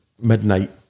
midnight